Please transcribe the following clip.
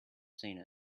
seen